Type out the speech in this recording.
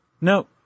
No